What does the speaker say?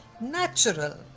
natural